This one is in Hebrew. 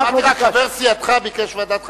אמרתי: חבר סיעתך ביקש ועדת חקירה.